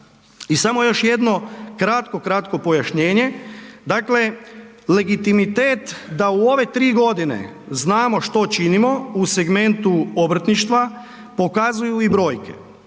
I samo još jedno kratko, kratko pojašnjenje. Dakle, legitimitet da u ove tri godine znamo što činimo u segmentu obrtništva pokazuju i brojke.